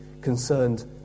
concerned